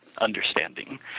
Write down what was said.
understanding